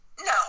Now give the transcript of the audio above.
no